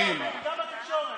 גם בתקשורת.